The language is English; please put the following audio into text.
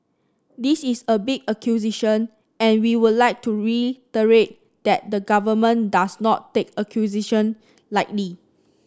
this is a big acquisition and we would like to reiterate that the government does not take acquisition lightly